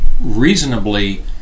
reasonably